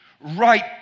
right